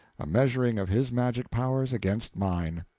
a measuring of his magic powers against mine.